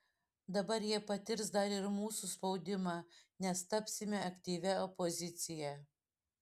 dabar jie patirs dar ir mūsų spaudimą nes tapsime aktyvia opozicija